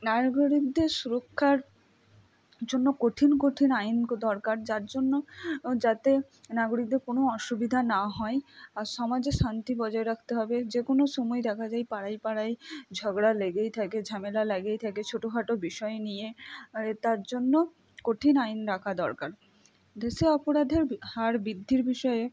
নাগরিকদের সুরক্ষার জন্য কঠিন কঠিন আইন দরকার যার জন্য যাতে নাগরিকদের কোনও অসুবিধা না হয় সমাজে শান্তি বজায় রাখতে হবে যে কোনও সময় দেখা যায় পাড়ায় পাড়ায় ঝগড়া লেগেই থাকে ঝামেলা লেগেই থাকে ছোটোখাটো বিষয় নিয়ে এ তার জন্য কঠিন আইন রাখা দরকার দেশে অপরাধের হার বৃদ্ধির বিষয়ে